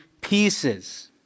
pieces